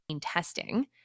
testing